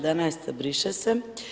11 briše se.